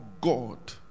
God